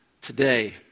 today